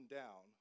down